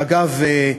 אגב,